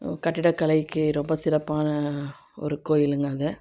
கட்டிடக்கலைக்கு ரொம்ப சிறப்பான ஒரு கோயில்ங்க அது